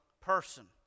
person